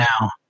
now